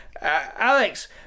Alex